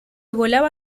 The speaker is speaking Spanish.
volaba